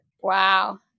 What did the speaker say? wow